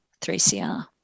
3CR